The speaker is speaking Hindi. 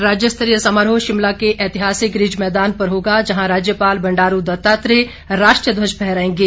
राज्यस्तरीय समारोह शिमला के ऐतिहासिक रिज मैदान पर होगा जहां राज्यपाल बंडारू दत्तात्रेय राष्ट्रीय ध्वज फहराएंगे